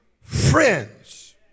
friends